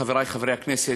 חברי חברי הכנסת,